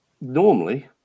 Normally